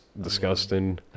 disgusting